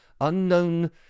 unknown